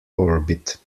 orbit